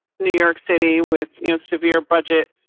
new york city with you know severe budgets.